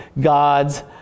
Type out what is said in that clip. God's